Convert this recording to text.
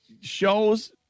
Shows